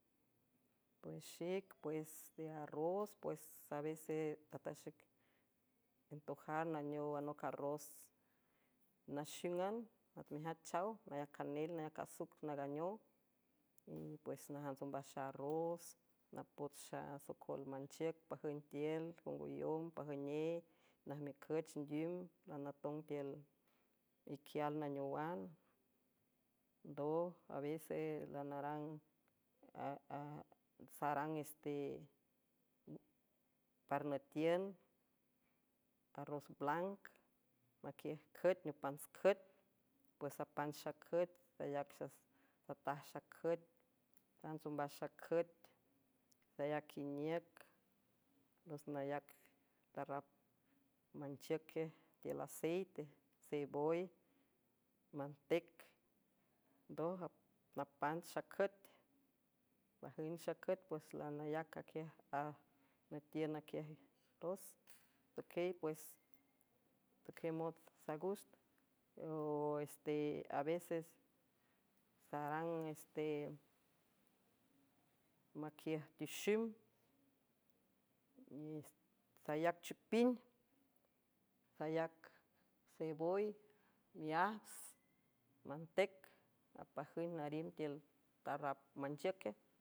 Pues xic pues tearroos pues saveces atajxec entojar naneow anoc a ros naxíngan atmejach chaw nayac canel nayac asuc naaganeow y pues najants ombaxaarrooz napot xasocol manchiüc pajün tiül congoyom pajüney najmiücüch ndim lanatong tiül iquial naneowan ndoj aveces lanrng sarang separ nüetiün a rros blanc maquiüjcüet neopantscüet pues sapanch xacüet sayac sataj xacüet ajants ombaj xacüet sayac iniüc los nayac tarrap manchiüqe tiül aceite sevoy antec ndoj apan xüet pajün xacüt pues lanayac aquiaj nütiün aquiaj roz toquey pues tajümot saagust o se a veces sarang iste maquiüj tixim isayac chupin sayac sevoy miajs mantec apajüng narim tiül tarrap manchiüque.